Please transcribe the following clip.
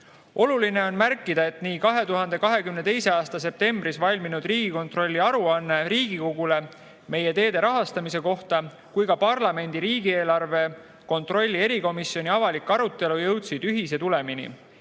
Oluline on märkida, et nii 2022. aasta septembris valminud Riigikontrolli aruanne Riigikogule meie teede rahastamise kohta kui ka parlamendi riigieelarve kontrolli erikomisjoni avalik arutelu jõudsid ühise tulemini: